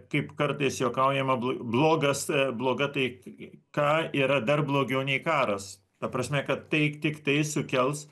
kaip kartais juokaujama bl blogas bloga taika yra dar blogiau nei karas ta prasme kad tai tik tai sukels